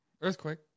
Earthquake